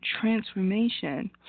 Transformation